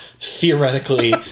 theoretically